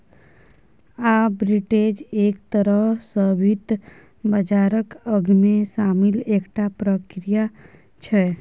arbitrage एक तरह सँ वित्त बाजारक अंगमे शामिल एकटा प्रक्रिया छै